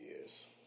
years